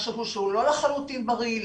משהו שהוא לא לחלוטין בריא,